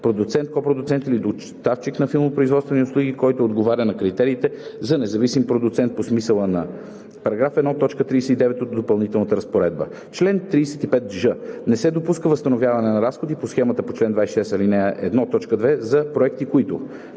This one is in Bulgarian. продуцент, копродуцент или доставчик на филмопроизводствени услуги, който отговаря на критериите за независим продуцент по смисъла на § 1, т. 39 от допълнителната разпоредба. Чл. 35ж. Не се допуска възстановяване на разходи по схемата по чл. 26, ал. 1, т. 2 за проекти, които: